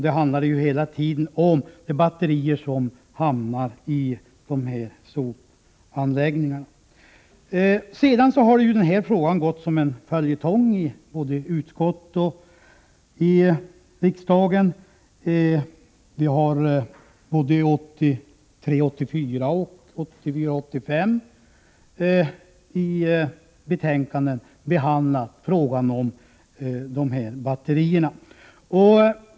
Det handlade hela tiden om batterier som hamnar i sopanläggningar. Frågan har därefter gått som en följetong både i utskott och i kammaren. Vi har både 1983 85 i betänkanden behandlat frågan om de här batterierna.